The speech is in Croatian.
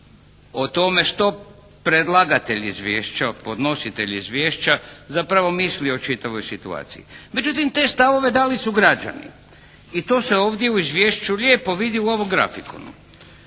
o tome što predlagatelj izvješća, podnositelj izvješća zapravo misli o čitavoj situaciji. Međutim, te stavove dali su građani i to se ovdje u izvješću lijepo vidi u ovom grafikonu.